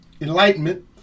enlightenment